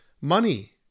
Money